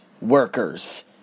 workers